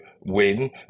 win